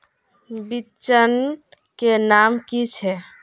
बिचन के नाम की छिये?